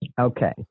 Okay